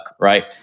Right